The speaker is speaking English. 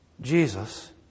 Jesus